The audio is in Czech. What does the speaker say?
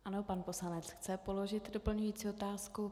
Ano, pan poslanec chce položit doplňující otázku.